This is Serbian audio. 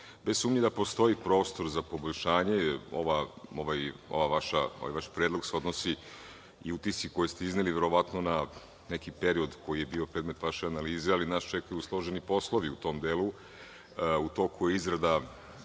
sumnje da postoji prostor za poboljšanje, ovaj vaš predlog se odnosi i utisci koje ste izneli verovatno na neki period koji je bio predmet vaše analize, ali nas čekaju složeni poslovi u tom delu. U toku je izrada